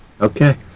Okay